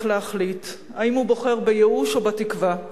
להחליט אם הוא בוחר בייאוש או בתקווה.